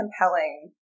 compelling